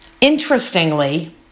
interestingly